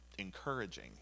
encouraging